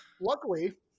Luckily